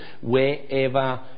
wherever